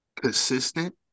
consistent